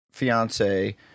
Fiance